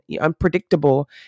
unpredictable